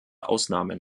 ausnahmen